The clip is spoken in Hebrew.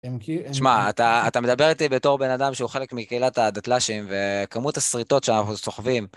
תשמע, אתה מדבר איתי בתור בן אדם שהוא חלק מקהילת הדטלאשים וכמות הסריטות שאנחנו סוחבים.